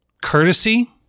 Courtesy